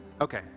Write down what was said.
Okay